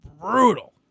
brutal